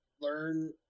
Learn